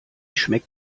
schmeckt